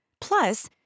Plus